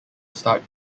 starred